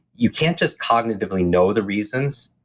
you can't just cognitively know the reasons,